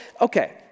okay